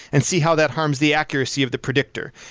and see how that harms the accuracy of the predictor.